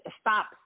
stop